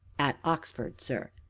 at oxford, sir.